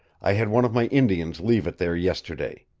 i had one of my indians leave it there yesterday,